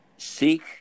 seek